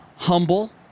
Humble